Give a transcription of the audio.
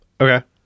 Okay